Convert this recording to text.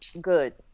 Good